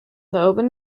open